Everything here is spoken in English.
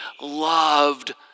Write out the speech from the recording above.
loved